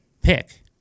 pick